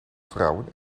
vrouwen